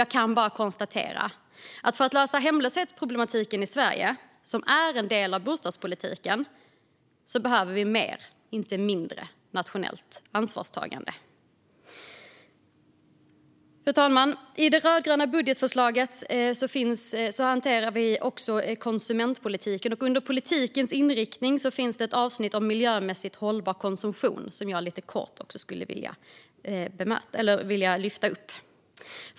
Jag kan bara konstatera att för att lösa hemlöshetsproblematiken i Sverige, som är en del av bostadspolitiken, behövs mer nationellt ansvarstagande, inte mindre. Fru talman! I det rödgröna budgetförslaget hanteras också konsumentpolitik, och under politikens inriktning finns ett avsnitt om miljömässigt hållbar konsumtion, något som jag kort vill ta upp.